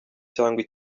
cyangwa